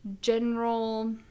General